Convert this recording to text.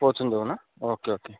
पोचून जाऊ ना ओके ओके